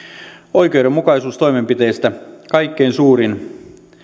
oikeudenmukaisuustoimenpiteistä kaikkein suurin